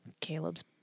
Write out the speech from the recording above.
Caleb's